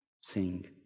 sing